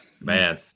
Man